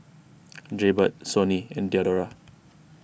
Jaybird Sony and Diadora